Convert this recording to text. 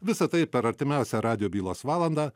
visa tai per artimiausią radijo bylos valandą